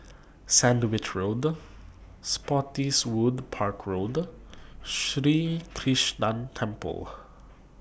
Sandwich Road Spottiswoode Park Road Sri Krishnan Temple